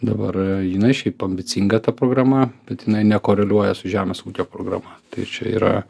dabar jinai šiaip ambicinga ta programa bet jinai nekoreliuoja su žemės ūkio programa tai čia yra